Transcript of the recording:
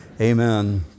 Amen